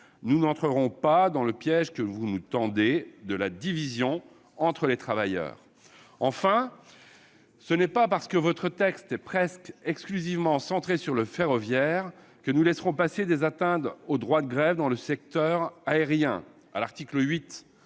Nous ne tomberons pas dans le piège que vous nous tendez de la division entre les travailleurs ! Enfin, ce n'est pas parce que votre texte est presque exclusivement centré sur le ferroviaire que nous laisserons passer des atteintes au droit de grève dans le secteur aérien,